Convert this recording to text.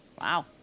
Wow